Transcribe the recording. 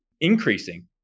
increasing